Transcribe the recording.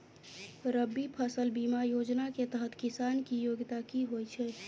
रबी फसल बीमा योजना केँ तहत किसान की योग्यता की होइ छै?